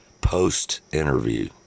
post-interview